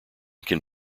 can